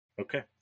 Okay